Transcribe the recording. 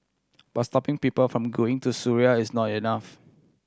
but stopping people from going to Syria is not enough